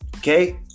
Okay